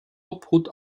obhut